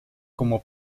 como